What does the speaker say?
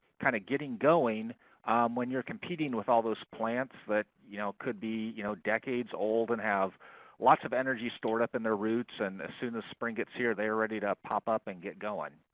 kind of getting going when you're competing with all those plants that you know could be you know decades old and have lots of energy stored up in their roots, and as soon as spring gets here they are ready to pop up and get going.